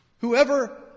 Whoever